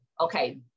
Okay